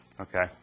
Okay